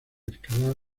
escalar